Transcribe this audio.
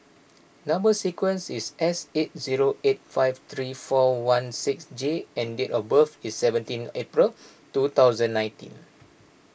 Number Sequence is S eight zero eight five three four one six J and date of birth is seventeen April two thousand nineteen